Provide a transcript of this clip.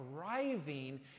arriving